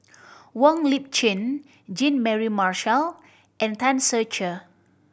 Wong Lip Chin Jean Mary Marshall and Tan Ser Cher